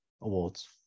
awards